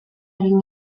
egin